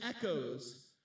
echoes